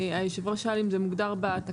יושב הראש שאל אם זה מוגדר בתקנות.